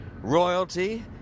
royalty